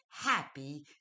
happy